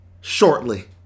shortly